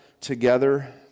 together